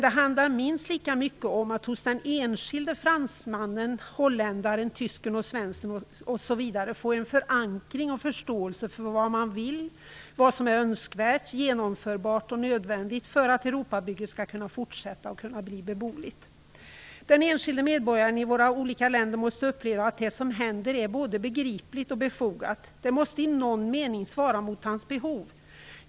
Det handlar minst lika mycket om att hos den enskilde fransmannen, holländaren, tysken, svensken osv. få en förankring och förståelse för vad man vill, vad som är önskvärt, genomförbart och nödvändigt för att Europabygget skall kunna fortsätta och bli beboeligt. Den enskilde medborgaren i våra länder måste uppleva att det som händer är både begripligt och befogat. Det måste i någon mening svara mot hans behov.